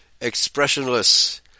expressionless